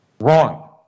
wrong